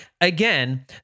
again